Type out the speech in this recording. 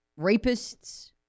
Rapists